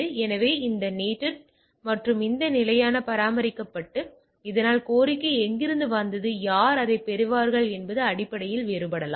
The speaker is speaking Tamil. எனவே இது நேட்டட் மற்றும் இந்த நிலையானது பராமரிக்கப்பட்டு இதனால் கோரிக்கை எங்கிருந்து வந்தது யார் அதைப் பெறுவார்கள் என்பது அடிப்படையில் வேறுபடலாம்